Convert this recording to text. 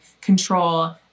control